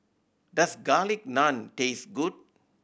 does Garlic Naan taste good